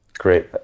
Great